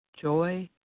joy